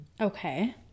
Okay